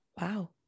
Wow